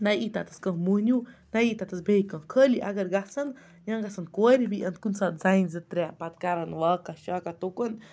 نہ یی تَتہِ تھَس کانٛہہ موٚہنیوٗ نہ یی تَتہِ تھَس بیٚیہِ کانٛہہ خٲلی اگر گژھَن یا گژھَن کورِ بیٚیہِ یِن کُنہٕ ساتہٕ زَنہِ زٕ ترٛےٚ پَتہٕ کَرَن واکَہ شاکہ تُکُن